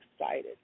excited